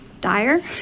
dire